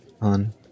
on